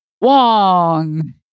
Wong